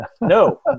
no